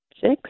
six